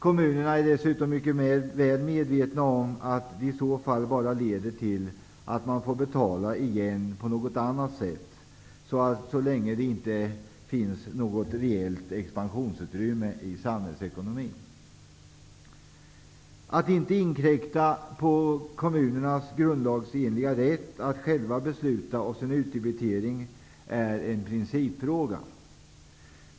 Kommunerna är dessutom mycket väl medvetna om att det i så fall bara leder till att man får betala igen på något annat sätt så länge det inte finns något reellt expansionsutrymme i samhällsekonomin. Att inte inkräkta på kommunernas grundlagsenliga rätt att själva besluta om sin utdebitering är en principfråga.